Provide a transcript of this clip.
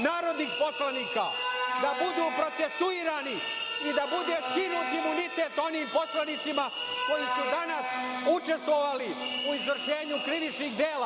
narodnih poslanika, da budu procesuirani i da bude skinut imunitet onim poslanicima koji su danas učestvovali u izvršenju krivičnih dela,